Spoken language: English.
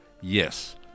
Yes